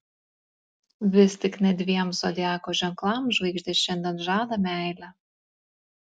vis tik net dviem zodiako ženklams žvaigždės šiandien žadą meilę